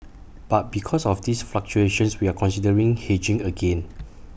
but because of these fluctuations we are considering hedging again